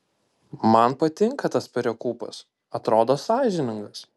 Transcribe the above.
man patinka tas perekūpas atrodo sąžiningas